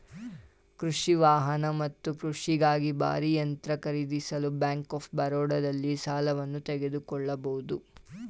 ಕೃಷಿ ವಾಹನ ಮತ್ತು ಕೃಷಿಗಾಗಿ ಭಾರೀ ಯಂತ್ರ ಖರೀದಿಸಲು ಬ್ಯಾಂಕ್ ಆಫ್ ಬರೋಡದಲ್ಲಿ ಸಾಲವನ್ನು ತೆಗೆದುಕೊಳ್ಬೋದು